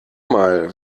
mal